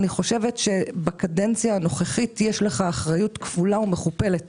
אני חושבת שבקדנציה הנוכחית יש לך אחריות כפולה ומכופלת